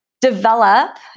develop